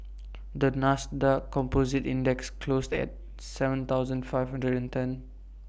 the Nasdaq composite index closed at Seven thousand five hundred and ten